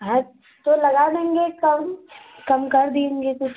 हाँ तो लगा देंगे कम कम कर देंगे कुछ